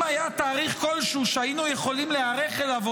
אם היה תאריך כלשהו שהיינו יכולים להיערך אליו,